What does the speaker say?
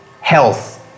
health